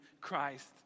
Christ